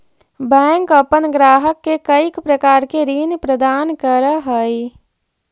bank अपन ग्राहक के कईक प्रकार के ऋण प्रदान करऽ हइ